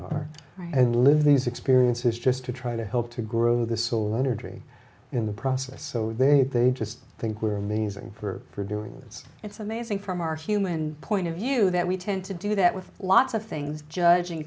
are and live these experiences just to try to help to grow the solar energy in the process so they they just think we're amazing for doing this it's amazing from our human point of view that we tend to do that with lots of things judging